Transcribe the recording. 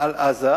על עזה,